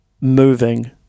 moving